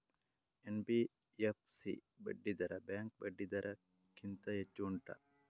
NBFC ಬಡ್ಡಿ ದರ bank ಬಡ್ಡಿ ದರ ಗಿಂತ ಹೆಚ್ಚು ಉಂಟಾ